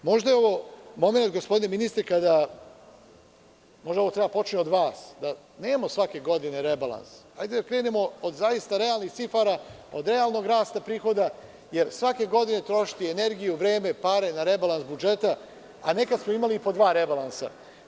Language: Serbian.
Molio bih, gospodine ministre, možda treba ovo da počne od vas, da nemamo svake godine rebalans i da krenemo od zaista realnih cifara, od realnog rasta prihoda, jer svake godine trošiti energiju, para, vreme, na rebalans budžeta, a nekada smo imali i po dva rebalansa.